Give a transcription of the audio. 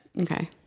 Okay